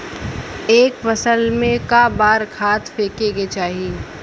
एक फसल में क बार खाद फेके के चाही?